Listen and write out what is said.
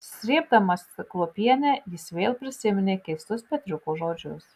srėbdamas kruopienę jis vėl prisiminė keistus petriuko žodžius